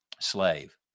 slave